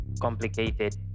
complicated